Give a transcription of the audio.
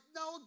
no